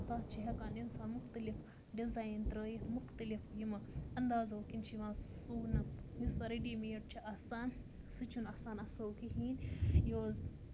تَتھ چھُ ہٮ۪کان اِنسان مُختٔلِف ڈِزایِن ترٲوِتھ مُختٔلِف یِم اَندازو کِن چھُ یِوان سُہ سُونہٕ یُس وۄنۍ ریڈی میڈ چھُ آسان سُہ چھُنہٕ آسان اَصٕل کِہیٖنۍ نہٕ یہِ اوس